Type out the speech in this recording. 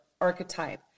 archetype